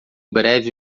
breve